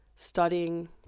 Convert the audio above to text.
studying